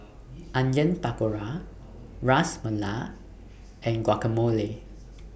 Onion Pakora Ras Malai and Guacamole